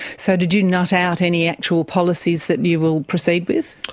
so did you nut out any actual policies that you will proceed with?